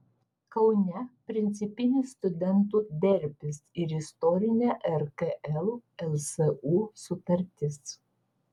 kaune principinis studentų derbis ir istorinė rkl lsu sutartis